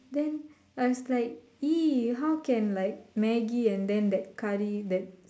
then I was like !ee! how can like Maggi and then that curry that